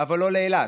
אבל לא לאילת?